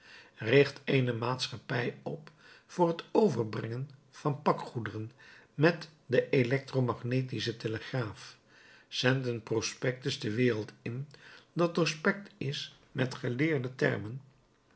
richt eene maatschappij op voor het overbrengen van pakgoederen met den elektromagnetischen telegraaf zend een prospectus de wereld in dat doorspekt is met geleerde termen